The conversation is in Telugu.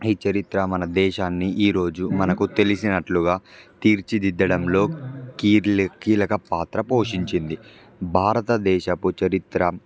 ఈ చరిత్ర మన దేశాన్ని ఈరోజు మనకు తెలిసినట్లుగా తీర్చిదిద్దడంలో కీర్ల కీలక పాత్ర పోషించింది భారతదేశపు చరిత్ర